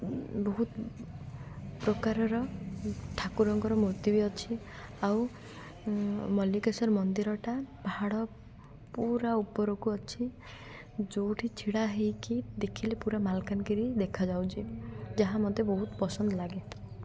ବହୁତ ପ୍ରକାରର ଠାକୁରଙ୍କର ମୂର୍ତ୍ତି ବି ଅଛି ଆଉ ମଲ୍ଲିକେଶ୍ୱର ମନ୍ଦିରଟା ପାହାଡ଼ ପୁରା ଉପରକୁ ଅଛି ଯେଉଁଠି ଛିଡ଼ା ହୋଇକି ଦେଖିଲେ ପୁରା ମାଲକାନକିରି ଦେଖାଯାଉଛି ଯାହା ମତେ ବହୁତ ପସନ୍ଦ ଲାଗେ